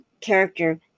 character